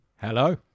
Hello